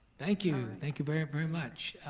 thank you, thank you very, very much.